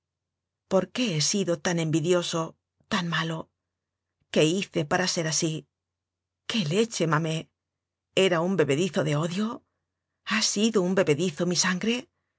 por qué he sido tan envidioso tan malo qué hice para ser así qué leche mamé era un bebedizo de odio ha sido un bebedizo mi sangre